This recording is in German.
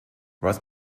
was